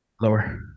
Lower